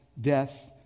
death